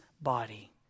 body